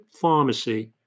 pharmacy